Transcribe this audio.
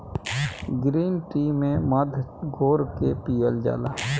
green tea में मध घोर के पियल जाला